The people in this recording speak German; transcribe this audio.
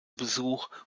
besuch